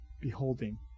beholding